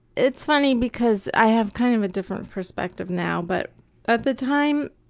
it's funny, because i have kind of a different perspective now, but at the time,